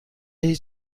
هیچ